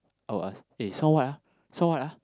I will ask eh so what ah so what ah